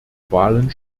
wahlen